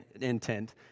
intent